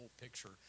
picture